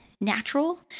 natural